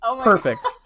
Perfect